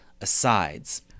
asides